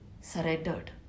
surrendered